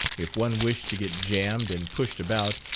if one wished to get jammed and pushed about,